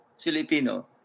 Filipino